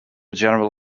general